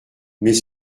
mais